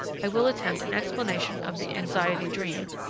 i will attempt an explanation of the anxiety dream,